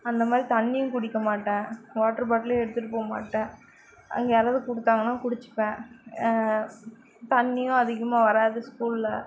அந்தமாதிரி தண்ணியும் குடிக்கமாட்டேன் வாட்டர் பாட்டிலையும் எடுத்துகிட்டு போக மாட்டேன் அங்கே யாராவது கொடுத்தாங்கனா குடிச்சிப்பேன் தண்ணியும் அதிகமாக வராது ஸ்கூலில்